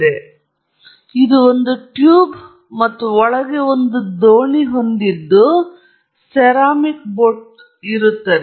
ಆದ್ದರಿಂದ ಇದು ಒಂದು ಟ್ಯೂಬ್ ಮತ್ತು ಒಳಗೆ ನೀವು ದೋಣಿ ಹೊಂದಿದ್ದು ಸೆರಾಮಿಕ್ ಬೋಟ್ ಸರಿ